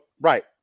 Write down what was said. Right